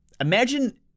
Imagine